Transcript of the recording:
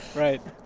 right